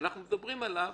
שאנחנו מדברים עליו,